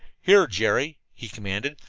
here, jerry, he commanded,